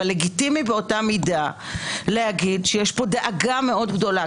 אבל לגיטימי באותה מידה להגיד שיש פה דאגה מאוד גדולה,